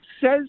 says